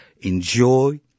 Enjoy